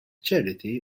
charity